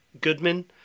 goodman